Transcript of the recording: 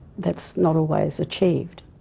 that's not always achieved,